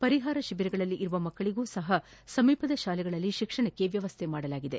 ಪರಿಹಾರ ಶಿಬಿರಗಳಲ್ಲಿರುವ ಮಕ್ಕಳಗೂ ಸಹ ಸಮೀಪದ ಶಾಲೆಗಳಲ್ಲಿ ಶಿಕ್ಷಣಕ್ಕೆ ವ್ಯವಸ್ಥೆ ಮಾಡಲಾಗಿದೆ